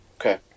Okay